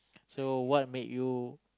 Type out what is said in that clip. so what make you